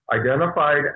identified